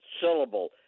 syllable